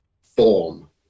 form